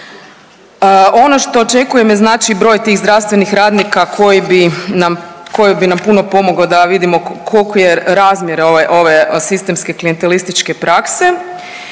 Ono što očekujem je broj tih zdravstvenih radnika koji bi nam puno pomogo da vidimo kolki je razmjer ove sistemske klijentelističke prakse.